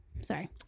Sorry